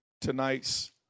tonight's